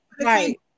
Right